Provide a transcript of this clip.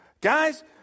Guys